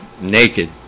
naked